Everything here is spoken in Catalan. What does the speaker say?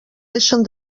deixen